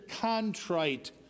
contrite